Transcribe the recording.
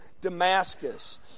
Damascus